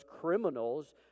criminals